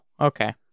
okay